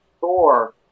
Thor